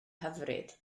hyfryd